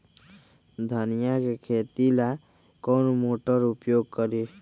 धनिया के खेती ला कौन मोटर उपयोग करी?